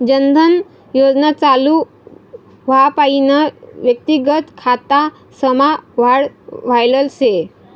जन धन योजना चालू व्हवापईन व्यक्तिगत खातासमा वाढ व्हयल शे